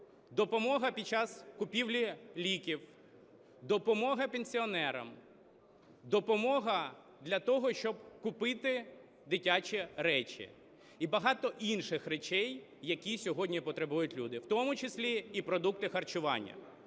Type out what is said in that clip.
допомога під час купівлі ліків, допомога пенсіонерам, допомога для того, щоб купити дитячі речі і багато інших речей, які сьогодні потребують люди, в тому числі і продукти харчування.